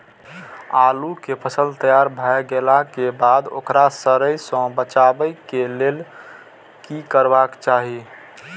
आलू केय फसल तैयार भ गेला के बाद ओकरा सड़य सं बचावय लेल की करबाक चाहि?